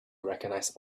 recognize